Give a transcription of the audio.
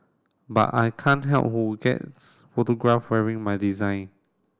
but I can't help who gets photographed wearing my design